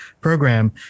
program